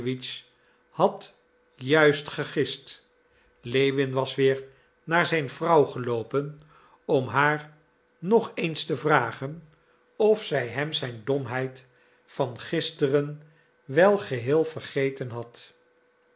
had juist gegist lewin was weer naar zijn vrouw geloopen om haar nog eens te vragen of zij hem zijn domheid van gisteren wel geheel vergeten had